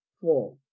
four